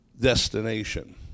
destination